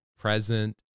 present